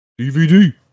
DVD